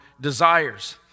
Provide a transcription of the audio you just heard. desires